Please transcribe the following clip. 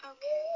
Okay